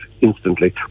instantly